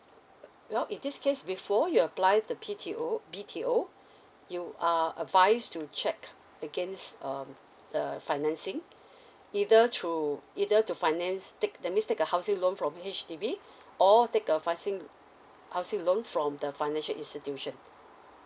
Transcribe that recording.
well in this case before you apply the P T O B_T_O you are advice to check again is um the financing either through either to finance take that means take a housing loan from H_D_B or take a housing housing loan from the financial institution